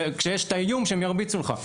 כשיש את האיום שהם ירביצו לך.